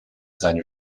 seine